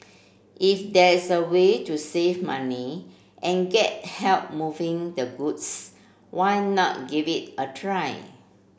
if there's a way to save money and get help moving the goods why not give it a try